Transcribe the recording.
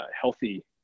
healthy